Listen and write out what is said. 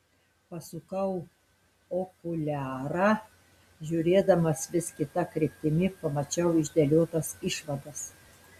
pasukau okuliarą žiūrėdamas vis kita kryptimi pamačiau išdėliotas išvadas